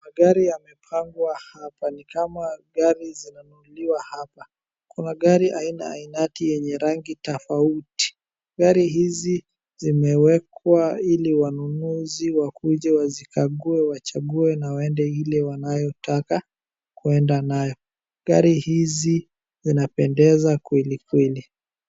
Magari yamepangwa hapa. Ni kama gari zinanunuliwa hapa. Kuna gari aina ainati yenye rangi tofauti. Gari hizi zimeekwa ili wanunuzi wakuje wazikague, wachague na waendee ile wanataka kuenda nayo. Gari hizi zinapendeza kwelikweli.